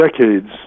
decades